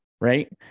Right